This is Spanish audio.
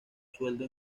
sueldo